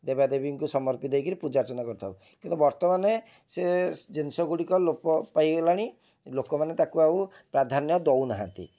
ଦେବାଦେବୀଙ୍କୁ ସମର୍ପି ଦେଇ କରି ପୂଜାର୍ଚ୍ଚନା କରିଥାଉ କିନ୍ତୁ ବର୍ତ୍ତମାନ ସେ ଜିନିଷ ଗୁଡ଼ିକ ଲୋପ ପାଇଗଲାଣି ଲୋକମାନେ ତାକୁ ଆଉ ପ୍ରାଧାନ୍ୟ ଦେଉନାହାଁନ୍ତି